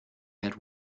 had